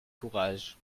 courage